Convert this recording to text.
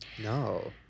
No